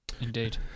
indeed